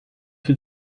viel